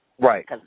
Right